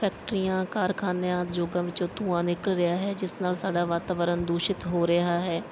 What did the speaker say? ਫੈਕਟਰੀਆਂ ਕਾਰਖਾਨਿਆਂ ਉਦਯੋਗਾਂ ਵਿਚੋਂ ਧੂੰਆਂ ਨਿਕਲ ਰਿਹਾ ਹੈ ਜਿਸ ਨਾਲ ਸਾਡਾ ਵਾਤਾਵਰਣ ਦੂਸ਼ਿਤ ਹੋ ਰਿਹਾ ਹੈ